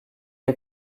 est